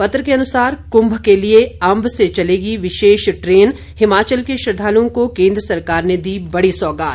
पत्र के अनुसार कुंभ के लिए अंब से चलेगी विशेष ट्रेन हिमाचल के श्रद्वालुओं को केंद्र सरकार ने दी बड़ी सौगात